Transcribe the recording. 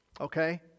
Okay